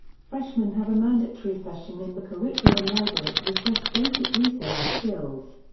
freshmen have a mandatory session in the curriculum library to assess basic research skills.